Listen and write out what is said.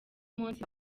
munsi